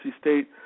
State